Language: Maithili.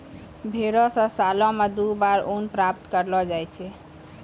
भेड़ो से सालो मे दु बार ऊन प्राप्त करलो जाय छै